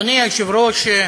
אדוני היושב-ראש,